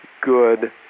good